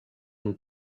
une